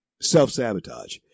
Self-sabotage